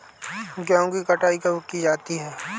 गेहूँ की कटाई कब की जाती है?